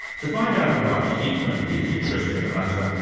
to find out about him and his interest in the matter,